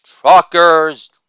truckers